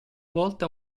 volta